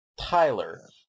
Tyler